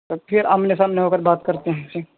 تو پھر آمنے سامنے ہو کر بات کرتے ہیں پھر